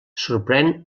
sorprèn